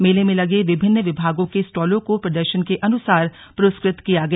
मेले में लगे विभिन्न विभागों के स्टॉलों को प्रदर्शन के अनुसार पुरस्कृत किया गया